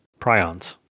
prions